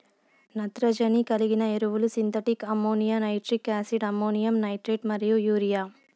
నత్రజని కలిగిన ఎరువులు synthetic ammonia, nitric acid, ammonium nitrate మరియు యూరియా